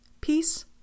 Peace